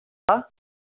ஆ